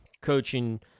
coaching